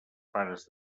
pares